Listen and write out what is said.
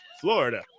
Florida